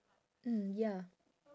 mm ya